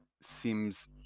seems